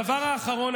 הדבר האחרון,